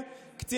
מה הקשר?